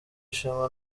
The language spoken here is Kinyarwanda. ishema